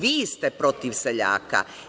Vi ste protiv seljaka.